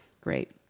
Great